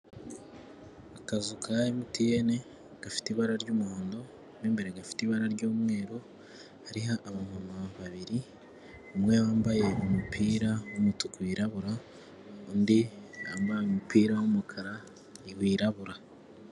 Akazu ka MTN, gafite ibara ry'umuhondo, mo imbere gafite ibara ry'umweru, hariho abamama babiri, umwe wambaye umupira w'umutuku wirabura, undi yambaye umupira w'umukara wirabura.